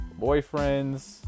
boyfriends